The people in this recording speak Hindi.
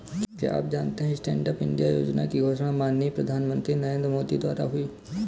क्या आप जानते है स्टैंडअप इंडिया योजना की घोषणा माननीय प्रधानमंत्री नरेंद्र मोदी द्वारा हुई?